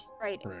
Right